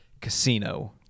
casino